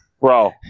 bro